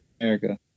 America